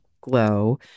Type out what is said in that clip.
Glow